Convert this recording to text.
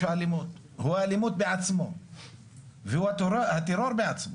האלימות והוא האלימות בעצמו והוא הטרור בעצמו.